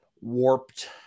warped